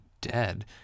dead